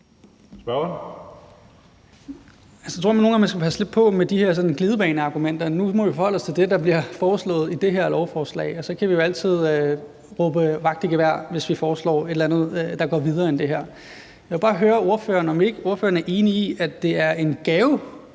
jeg tror nogle gange, man skal passe lidt på med de her glidebaneargumenter. Nu må vi forholde os til det, der bliver foreslået i det her lovforslag, og så kan vi jo altid råbe vagt i gevær, hvis der bliver foreslået et eller andet, der går videre end det her. Jeg vil bare høre ordføreren, om ikke ordføreren er enig i, at det er en gave